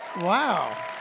Wow